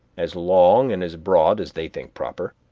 as long and as broad as they think proper,